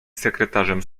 sekretarzem